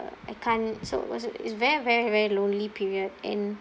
I can't so it wasn't it's very very very lonely period and